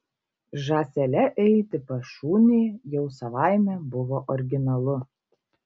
žąsele eiti pas šunį jau savaime buvo originalu